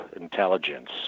intelligence